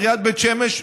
עיריית בית שמש,